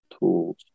tools